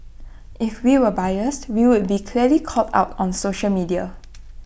if we were biased we would be clearly called out on social media